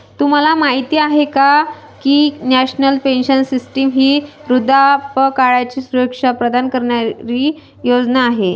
तुम्हाला माहिती आहे का की नॅशनल पेन्शन सिस्टीम ही वृद्धापकाळाची सुरक्षा प्रदान करणारी योजना आहे